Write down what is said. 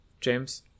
James